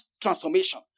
transformation